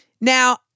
now